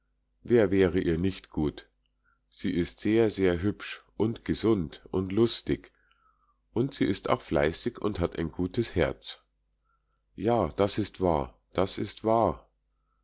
wer wäre ihr nicht gut sie ist sehr sehr hübsch und gesund und lustig und sie ist auch fleißig und hat ein gutes herz ja das ist wahr das ist wahr